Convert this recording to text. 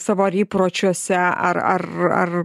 savo ar įpročiuose ar ar ar ar